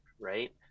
right